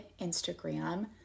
Instagram